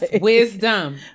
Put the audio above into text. Wisdom